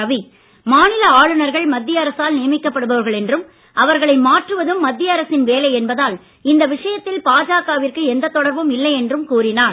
ரவி மாநில ஆளுனர்கள் மத்திய அரசால் நியமிக்கப் படுபவர்கள் என்றும் அவர்களை மாற்றுவதும் மத்திய அரசு என்பதால் இந்த விஷயத்தில் பாஜக விற்கு எந்த தொடர்பும் இல்லை என்றும் கூறினார்